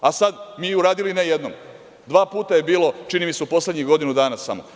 A mi sada uradili, ne jednom, dva puta je bilo, čini mi se u poslednjih godinu dana samo.